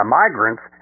migrants